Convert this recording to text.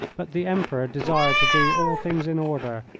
but the emperor desired to do all things in order,